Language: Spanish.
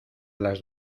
las